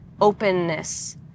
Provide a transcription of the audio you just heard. openness